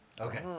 Okay